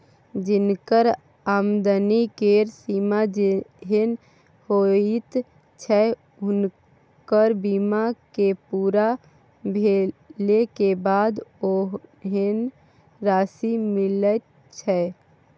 जिनकर आमदनी केर सीमा जेहेन होइत छै हुनकर बीमा के पूरा भेले के बाद ओहेन राशि मिलैत छै